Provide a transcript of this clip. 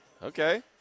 Okay